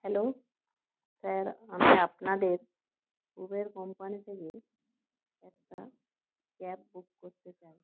hello sir আমি আপনাদের Uber company থেকে একটা ক্যাব বুক করতে চাই